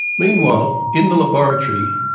meanwhile, in the laboratory,